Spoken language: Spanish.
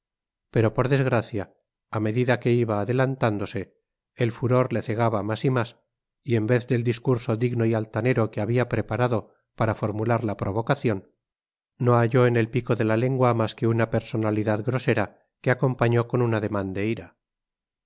pero por desgracia á medida que iba adelantándose el furor le cegaba mas y mas y en vez del discurso digno y altanero que habia preparado para formular la provocacion no halló en el pico de la lengua mas que una personalidad grosera que acompañó con un ademan de ira